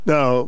Now